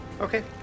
Okay